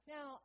Now